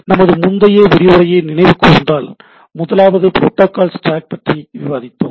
நமது முந்தைய விரிவுரையை நினைவுகூர்ந்தால் முதலாவது புரோடாகால்ஸ் ஸ்டாக் பற்றி விவாதித்தோம்